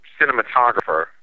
cinematographer